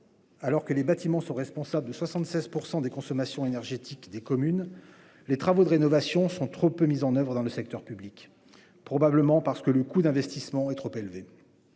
alors que le bâtiment est responsable de 76 % de la consommation énergétique des communes, les travaux de rénovation sont trop peu mis en oeuvre dans le secteur public, probablement parce que le coût d'investissement est trop élevé.